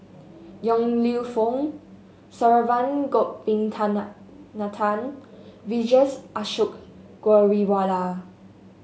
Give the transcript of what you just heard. Yong Lew Foong Saravanan Vijesh Ashok Ghariwala